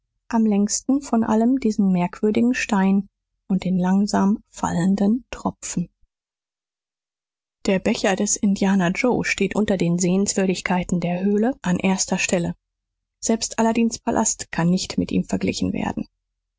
am längsten von allem diesen merkwürdigen stein und den langsam fallenden tropfen der becher des indianer joe steht unter den sehenswürdigkeiten der höhle an erster stelle selbst aladins palast kann nicht mit ihm verglichen werden